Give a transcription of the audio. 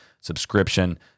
subscription